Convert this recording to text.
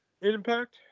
Impact